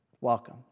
Welcome